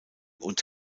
und